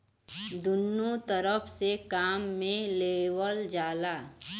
दुन्नो तरफ से काम मे लेवल जाला